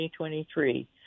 2023